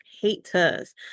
haters